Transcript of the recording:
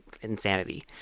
insanity